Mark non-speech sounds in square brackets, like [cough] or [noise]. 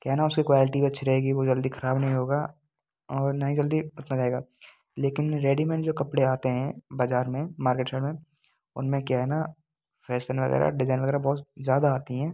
क्या है ना उसकी क्वेलटी भी अच्छी रहेगी वो जल्दी खराब नहीं होगा और ना ही जल्दी [unintelligible] लेकिन रेडीमेड जो कपड़े आते हैं बाजार में मार्केट साइड में उनमें क्या है ना फ़ेसन वगैरह डिज़ाइन वगैरह बहुत ज़्यादा आती हैं